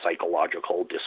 psychological